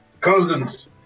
Cousins